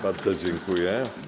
Bardzo dziękuję.